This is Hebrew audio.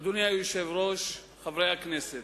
אדוני היושב-ראש, חברי הכנסת,